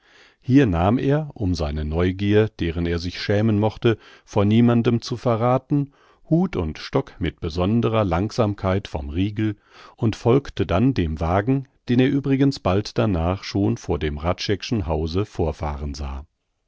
hier nahm er um seine neugier deren er sich schämen mochte vor niemandem zu verrathen hut und stock mit besonderer langsamkeit vom riegel und folgte dann dem wagen den er übrigens bald danach schon vor dem hradscheck'schen hause vorfahren sah